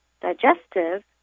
digestive